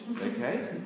Okay